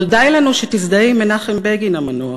אבל די לנו שתזדהה עם מנחם בגין המנוח,